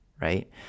right